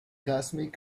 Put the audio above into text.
cosmic